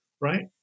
right